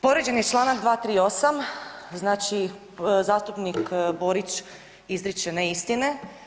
Povrijeđen je čl. 238. znači zastupnik Borić izriče neistine.